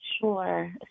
Sure